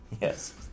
Yes